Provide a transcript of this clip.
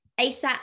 ASAP